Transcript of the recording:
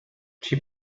she